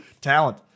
Talent